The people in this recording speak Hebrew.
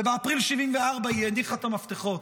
ובאפריל 1974 היא הניחה את המפתחות.